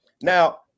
now